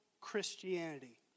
Christianity